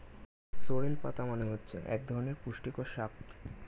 sorrel পাতা মানে হচ্ছে এক ধরনের পুষ্টিকর শাক